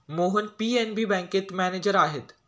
Mohan PNB बँकेत manager आहेत